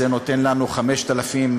זה נותן לנו 5,500,